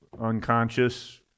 unconscious